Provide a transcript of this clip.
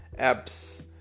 apps